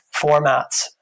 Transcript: formats